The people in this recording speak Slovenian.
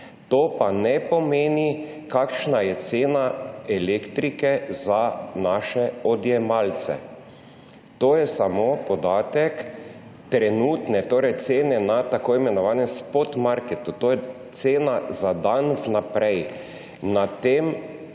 To pa ne pomeni cene elektrike za naše odjemalce. To je samo podatek trenutne cene na tako imenovanem spot marketu. To je cena za dan vnaprej.